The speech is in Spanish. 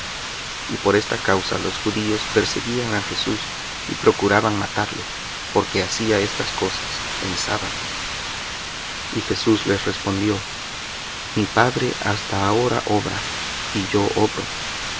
y por esta causa los judíos perseguían á jesús y procuraban matarle porque hacía estas cosas en sábado y jesús les respondió mi padre hasta ahora obra y yo obro